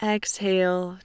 Exhale